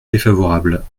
défavorable